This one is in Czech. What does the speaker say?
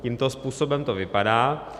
Tímto způsobem to vypadá.